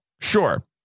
Sure